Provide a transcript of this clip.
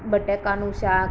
બટાકાનું શાક